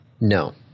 No